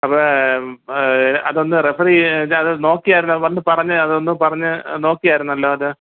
അപ്പോൾ അതൊന്ന് റഫർ ചെയ്ത് അതൊന്ന് നോക്കിയായിരുന്നോ വന്ന് പറഞ്ഞത് അതൊന്നും പറഞ്ഞത് നോക്കിയായിരുന്നല്ലോ അത്